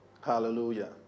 Hallelujah